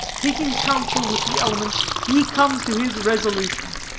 taking counsel with the elements, he comes to his resolution.